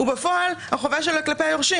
בפועל החובה שלו היא כלפי היורשים.